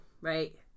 right